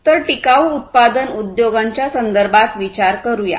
तर टिकाऊ उत्पादन उद्योगांच्या संदर्भात विचार करूया